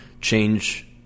change